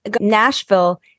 Nashville